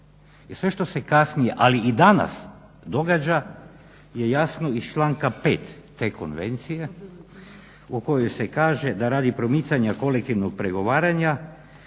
sve što se kasnije, ali i danas događa je jasno iz članka 5. te konvencije u kojoj se kaže "Da radi promicanja kolektivnog pregovaranja,